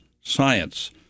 science